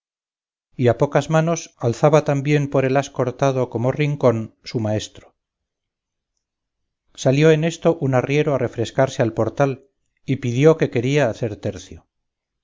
a pocas manos alzaba tan bien por el as cortado como rincón su maestro salió en esto un arriero a refrescarse al portal y pidió que quería hacer tercio